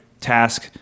task